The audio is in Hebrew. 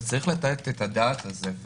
ויש לתת את הדעת על זה.